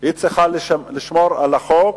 היא צריכה לשמור על החוק